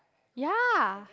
ya